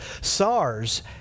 SARS